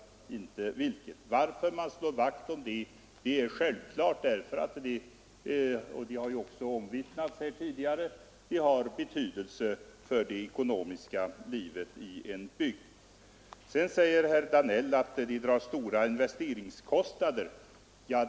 Anledningen till att respektive ort slår vakt om militärförbanden är givetvis — det har omvittnats här tidigare — att de har betydelse för det ekonomiska livet i bygden. Herr Danell säger att en flyttning drar med sig stora investeringskostnader.